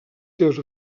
seves